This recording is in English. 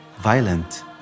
violent